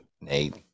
Nate